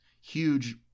huge